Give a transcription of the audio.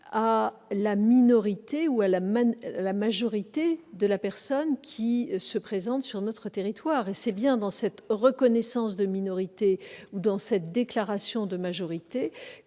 à la minorité ou à la majorité de la personne qui se présente sur notre territoire. C'est bien dans cette reconnaissance de minorité ou dans cette déclaration de majorité